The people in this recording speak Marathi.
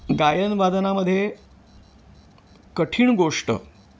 गायनवादनामध्ये कठीण गोष्ट